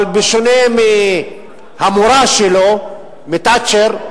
אבל בשונה מהמורה שלו, תאצ'ר,